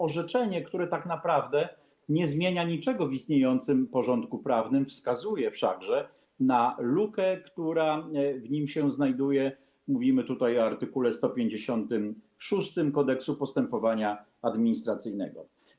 Orzeczenie, które tak naprawdę nie zmienia niczego w istniejącym porządku prawnym, wskazuje wszakże na lukę, która w nim się znajduje, mówimy tutaj o art. 156 Kodeksu postępowania administracyjnego.